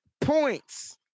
points